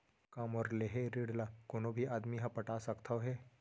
का मोर लेहे ऋण ला कोनो भी आदमी ह पटा सकथव हे?